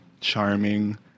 charming